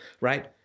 Right